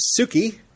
Suki